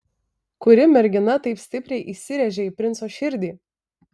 kuri mergina taip stipriai įsirėžė į princo širdį